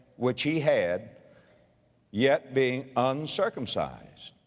which he had yet being uncircumcised,